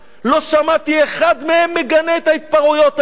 לא שמעתי אחד מהם מגנה את ההתפרעויות האלה,